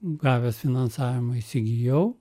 gavęs finansavimą įsigijau